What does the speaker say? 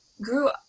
grew